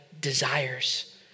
desires